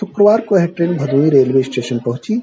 शुक्रवार को यह ट्रेन भदोही रेलवे स्टेशन पहुंची है